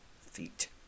feet